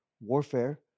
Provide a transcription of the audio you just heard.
warfare